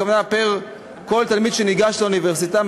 הכוונה לכל תלמיד שניגש לאוניברסיטה,